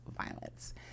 violence